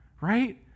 right